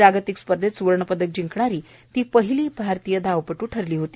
जागतिक स्पर्धेत सुवर्णपदक जिंकणारी ती पहिली भारतीय धावपट्र ठरली होती